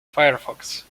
firefox